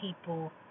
people